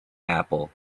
apple